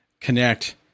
connect